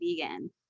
vegan